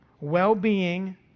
well-being